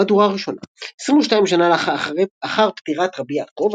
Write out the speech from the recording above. מהדורה ראשונה עשרים ושתיים שנה אחר פטירת רבי יעקב,